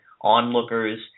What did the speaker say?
onlookers –